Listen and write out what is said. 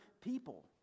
people